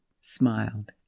smiled